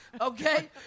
Okay